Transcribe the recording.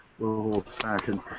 old-fashioned